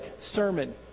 sermon